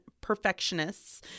perfectionists